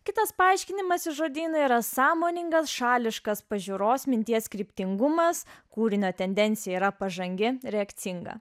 kitas paaiškinimas į žodyną yra sąmoningas šališkas pažiūros minties kryptingumas kūrinio tendencija yra pažangi reakcinga